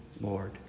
Lord